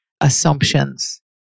assumptions